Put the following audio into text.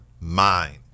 mind